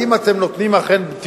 אם אתם אכן נותנים לציבור,